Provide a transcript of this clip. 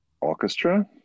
orchestra